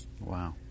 Wow